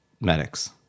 medics